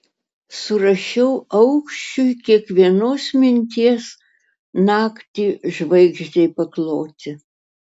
surašiau aukščiui kiekvienos minties naktį žvaigždei pakloti